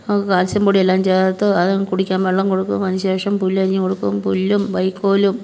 അത് കാൽസ്യം പൊടിയെല്ലാം ചേർത്ത് അത് കുടിക്കാൻ വെള്ളം കൊടുക്കും അതിന് ശേഷം പുല്ലരിഞ്ഞ് കൊടുക്കും പുല്ലും വൈക്കോലും